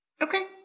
Okay